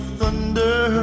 thunder